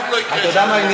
אתה יודע מה העניין?